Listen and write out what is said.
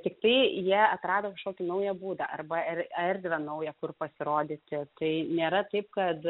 tiktai jie atrado kašokį naują būdą arba er erdvę naują kur pasirodyti kai nėra taip kad